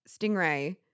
stingray